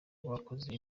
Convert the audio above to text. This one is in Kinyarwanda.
bakoze